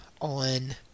on